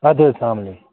آدٕ حظ السلام